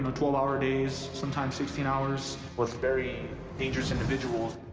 um twelve hour days, sometimes sixteen hours with very dangerous individuals.